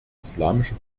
islamische